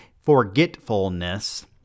forgetfulness